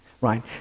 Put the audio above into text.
right